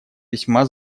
весьма